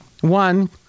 one